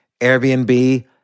airbnb